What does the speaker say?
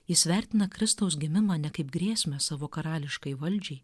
jis vertina kristaus gimimą ne kaip grėsmę savo karališkai valdžiai